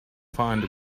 find